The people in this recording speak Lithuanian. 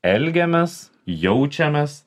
elgiamės jaučiamės